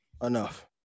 Enough